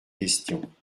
questions